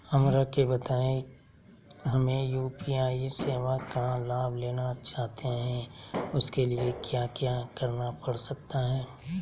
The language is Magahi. हमरा के बताइए हमें यू.पी.आई सेवा का लाभ लेना चाहते हैं उसके लिए क्या क्या करना पड़ सकता है?